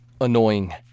annoying